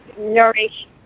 nourish